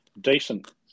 decent